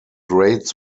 raids